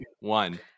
one